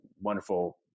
wonderful